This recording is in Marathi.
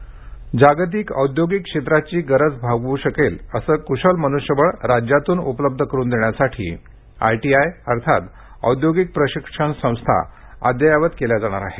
कौशल्यविकास जागतिक औद्योगिक क्षेत्राची गरज भागवू शकेल असं कूशल मनुष्यबळ राज्यातून उपलब्ध करुन देण्यासाठी आयटीआय अर्थात औद्योगिक प्रशिक्षण संस्था अद्ययावत केल्या जाणार आहेत